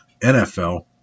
NFL